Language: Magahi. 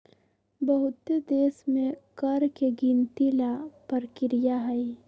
बहुत देश में कर के गिनती ला परकिरिया हई